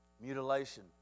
Mutilation